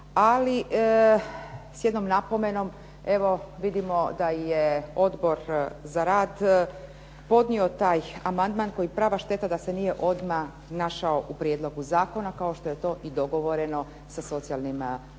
ali s jednom napomenom vidimo da je Odbor za rad podnio taj amandman koji prava šteta što se odmah nije našao u prijedlogu zakona kao što je to dogovoreno sa socijalnim partnerima,